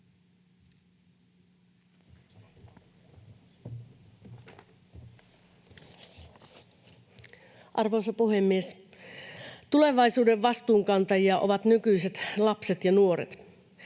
Arvoisa puhemies! Tulevaisuuden vastuunkantajia ovat nykyiset lapset ja nuoret.